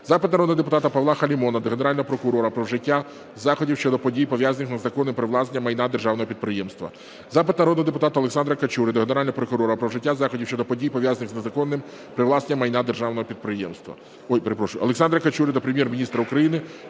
Запит народного депутата Павла Халімона до Генерального прокурора про вжиття заходів щодо подій, пов'язаних з незаконним привласненням майна державного підприємства. Запит народного депутата Олександра Качури до Генерального прокурора про вжиття заходів щодо подій, пов'язаних з незаконним привласненням майна державного підприємства… Ой, перепрошую, Олександра Качури до Прем'єр-міністра України